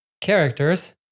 characters